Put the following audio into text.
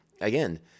Again